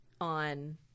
on